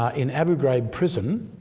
ah in abu ghraib prison